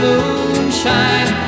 Moonshine